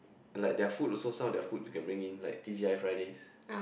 like their food also some of their food you can bring in like T T I Fridays